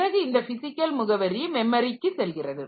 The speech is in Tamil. பிறகு இந்த பிசிக்கல் முகவரி மெமரிக்கு செல்கிறது